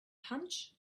punch